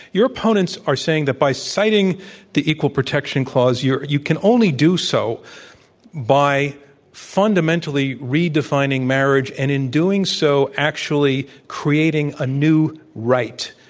your opponents are saying that by citing the equal protection clause, you can only do so by funda mentally redefining marriage, and in doing so, actually creating a new right.